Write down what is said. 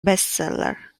bestseller